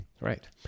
Right